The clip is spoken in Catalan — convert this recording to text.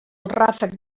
ràfec